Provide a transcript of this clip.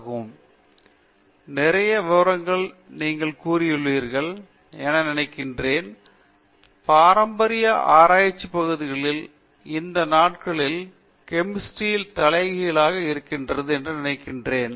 பேராசிரியர் பிரதாப் ஹரிதாஸ் சரி நிறைய விவரங்களை நீங்கள் கூறியுள்ளீர்கள் என நினைக்கிறேன் பாரம்பரிய ஆராய்ச்சி பகுதிகள் இந்த நாட்களில் கெமிஸ்ட்ரி ல் தலைகீழாக இருக்கிறது என்று நினைக்கிறேன்